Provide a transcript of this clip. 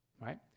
right